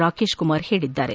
ರಾಕೇಶ್ ಕುಮಾರ್ ಹೇಳಿದ್ದಾರೆ